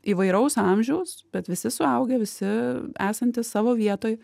įvairaus amžiaus bet visi suaugę visi esantys savo vietoj